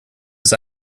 ist